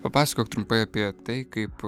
papasakok trumpai apie tai kaip